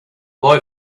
boy